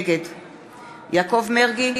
נגד יעקב מרגי,